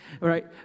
Right